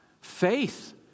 Faith